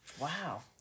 Wow